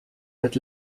but